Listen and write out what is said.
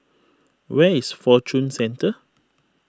where is Fortune Centre